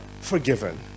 forgiven